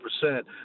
percent